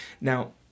Now